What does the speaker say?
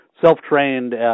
self-trained